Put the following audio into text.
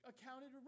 accounted